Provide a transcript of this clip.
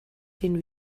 den